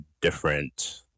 different